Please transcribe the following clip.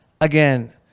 again